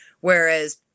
Whereas